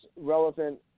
relevant